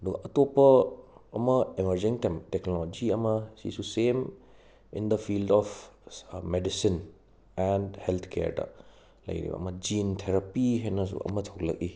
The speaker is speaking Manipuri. ꯑꯗꯨꯒ ꯑꯇꯣꯞꯄ ꯑꯃ ꯑꯦꯃꯔꯖꯤꯡ ꯇꯦꯛꯅꯣꯂꯣꯖꯤ ꯑꯃ ꯁꯤꯁꯨ ꯁꯦꯝ in the field of medicine and health ꯀꯦꯔꯗ ꯂꯩꯔꯤꯕ ꯑꯃ ꯖꯤꯟ ꯊꯦꯔꯥꯄꯤ ꯍꯥꯏꯅꯁꯨ ꯑꯃ ꯊꯣꯛꯂꯛꯏ